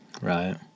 right